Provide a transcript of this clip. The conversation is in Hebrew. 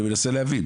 אני מנסה להבין.